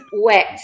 Wet